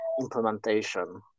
implementation